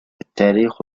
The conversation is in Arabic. التاريخ